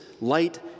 light